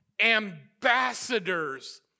ambassadors